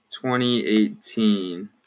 2018